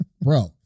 bro